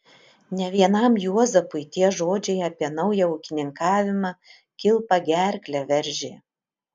ne vienam juozapui tie žodžiai apie naują ūkininkavimą kilpa gerklę veržė